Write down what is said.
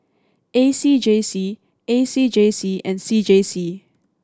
A C J C A C J C and C J C